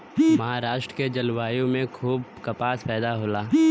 महाराष्ट्र के जलवायु में खूब कपास पैदा होला